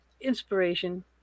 inspiration